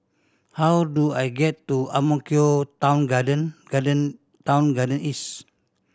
how do I get to Ang Mo Kio Town Garden Garden Town Garden East